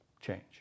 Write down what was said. change